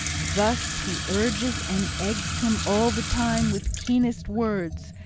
thus he urges and eggs him all the time with keenest words,